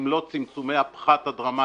אם לא צמצום הפחת הדרמטיים